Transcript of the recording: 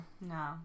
No